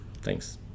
Thanks